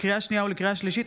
לקריאה שנייה ולקריאה שלישית,